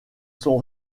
sont